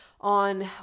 on